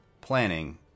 planning